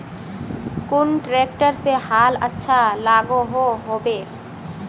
कुन ट्रैक्टर से हाल अच्छा लागोहो होबे?